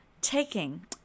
Taking